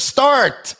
Start